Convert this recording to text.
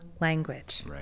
language